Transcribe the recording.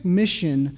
mission